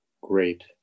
great